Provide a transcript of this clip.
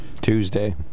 Tuesday